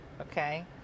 okay